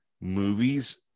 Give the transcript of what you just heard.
movies